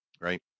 right